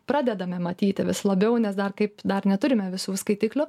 pradedame matyti vis labiau nes dar kaip dar neturime visų skaitiklių